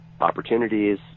opportunities